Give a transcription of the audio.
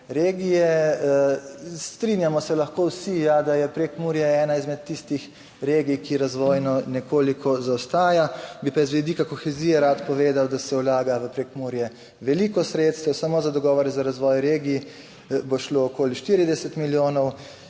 Strinjamo se lahko vsi, ja, da je Prekmurje ena izmed tistih regij, ki razvojno nekoliko zaostaja, bi pa z vidika kohezije rad povedal, da se vlaga v Prekmurje veliko sredstev. Samo za dogovor za razvoj regij bo šlo okoli 40 milijonov